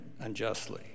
unjustly